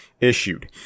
issued